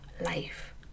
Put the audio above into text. life